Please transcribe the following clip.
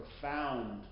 profound